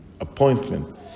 appointment